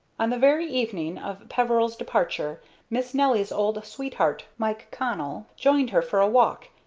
on the very evening of peveril's departure miss nelly's old sweetheart, mike connell, joined her for a walk,